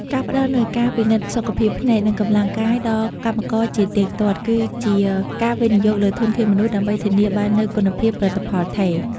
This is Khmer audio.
ការផ្តល់នូវការពិនិត្យសុខភាពភ្នែក និងកម្លាំងកាយដល់កម្មករជាទៀងទាត់ គឺជាការវិនិយោគលើធនធានមនុស្សដើម្បីធានាបាននូវគុណភាពផលិតផលថេរ។